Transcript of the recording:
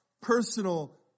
personal